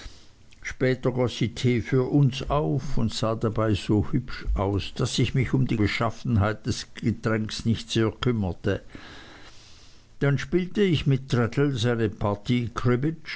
tee für uns auf und sah dabei so hübsch aus daß ich mich um die beschaffenheit des getränks nicht sehr kümmerte dann spielte ich mit traddles eine partie